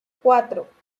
cuatro